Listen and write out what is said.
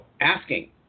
asking